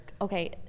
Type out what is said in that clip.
okay